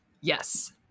Yes